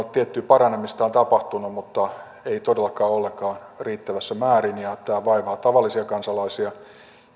tiettyä paranemista on tapahtunut mutta ei todellakaan ollenkaan riittävässä määrin ja tämä vaivaa tavallisia kansalaisia ja